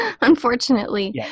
unfortunately